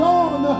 on